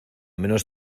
menos